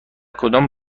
کدام